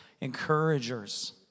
encouragers